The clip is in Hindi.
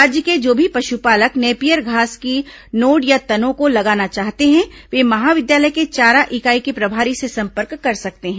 राज्य के जो भी पशुपालक नेपियर घास की नोड या तनों को लगाना चाहते हैं वे महाविद्यालय के चारा इकाई के प्रभारी से संपर्क कर सकते हैं